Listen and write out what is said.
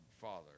father